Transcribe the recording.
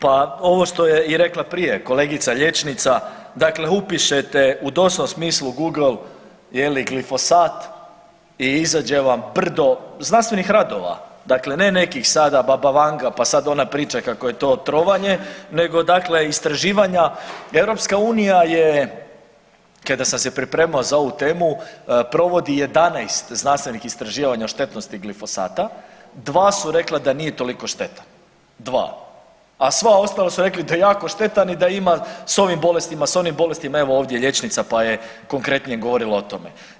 Pa ovo što je i rekla prije kolegica liječnica, dakle upišete u doslovnom smislu u Google je li glifosat i izađe vam brdo znanstvenih radova, dakle ne nekih sada baba Vanga pa sad ona priča kako je to trovanje, nego dakle istraživanja, EU je kada sam se pripremao za ovu temu provodi 11 znanstveni istraživanja o štetnosti glifosata, 2 su rekla da nije toliko štetan 2, a sva ostala su rekli da je jako štetan i da ima s ovim bolestima, s onim bolestima evo ovdje liječnica pa je konkretnije govorila o tome.